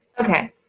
Okay